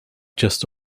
just